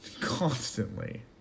Constantly